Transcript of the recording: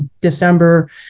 December